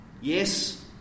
Yes